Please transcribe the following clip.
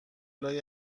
لای